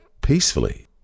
peacefully